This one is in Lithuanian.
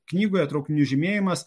knygoje traukinių žymėjimas